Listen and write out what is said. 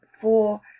for—